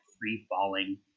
free-falling